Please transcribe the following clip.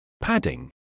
Padding